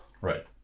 Right